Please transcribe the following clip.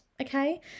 okay